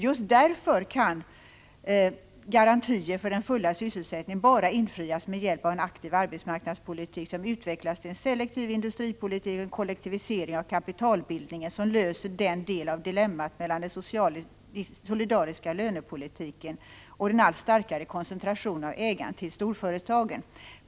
Just därför kan garantier för den fulla sysselsättningen bara infrias med hjälp av en aktiv arbetsmarknadspolitik, 23 som utvecklas till en selektiv industripolitik, och en kollektivisering av kapitalbildningen, som löser en del av dilemmat mellan den solidariska lönepolitiken och den allt starkare koncentrationen av ägandet till storföretagen.